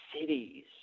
cities